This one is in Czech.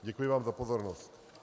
Děkuji vám za pozornost.